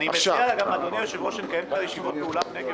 נשקול לקיים את הישיבות באולם נגב